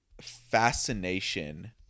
fascination